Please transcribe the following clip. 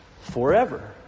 forever